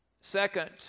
Second